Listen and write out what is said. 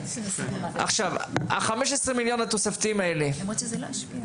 15 המיליון התוספתיים האלה בות"ת,